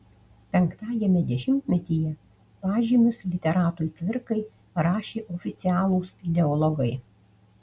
penktajame dešimtmetyje pažymius literatui cvirkai rašė oficialūs ideologai